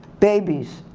babies,